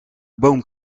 boom